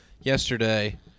yesterday